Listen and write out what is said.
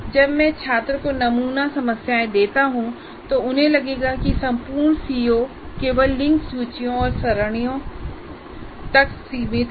जब मैं छात्रों को नमूना समस्याएं देता हूं तो उन्हें लगेगा कि संपूर्ण सीओ केवल लिंक्ड सूचियों और सरणियों तक सीमित है